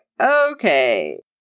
okay